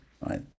right